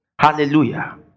Hallelujah